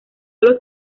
los